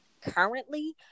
currently